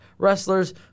Wrestlers